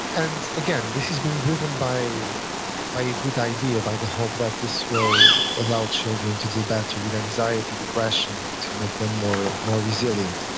and again, this is being driven by by a good idea by the hope that this will allow children to do better with anxiety, depression, to make them more more resilient.